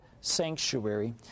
sanctuary